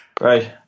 Right